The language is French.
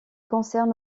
concerne